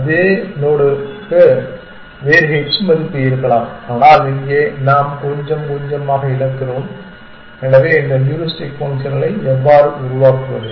அதே நோடுக்கு வேறு h மதிப்பு இருக்கலாம் ஆனால் இங்கே நாம் கொஞ்சம் கொஞ்சமாக இழக்கிறோம் எனவே இந்த ஹூரிஸ்டிக் ஃபங்க்ஷன்களை எவ்வாறு உருவாக்குவது